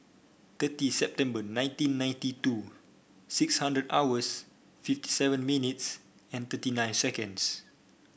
thirty September nineteen ninety two six hundred hours fifty seven minutes and thirty nine seconds